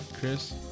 Chris